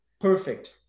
Perfect